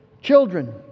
children